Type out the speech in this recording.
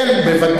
זה לא בסתירה.